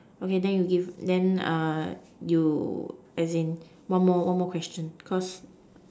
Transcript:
okay then you give then you as in one more one more question cause